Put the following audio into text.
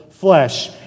Flesh